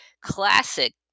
classic